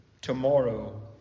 tomorrow